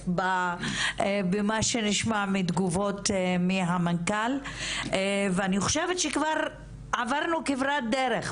במה שנשמע מתגובות מהמנכ"ל ואני חושבת שכבר עברנו כברת דרך,